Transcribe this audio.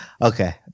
Okay